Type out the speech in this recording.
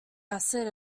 acid